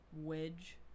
wedge